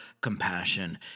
compassion